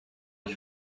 ich